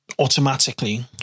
automatically